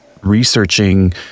researching